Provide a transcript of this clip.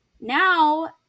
now